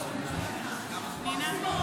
רע"מ, מה זה אומר?